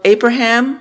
Abraham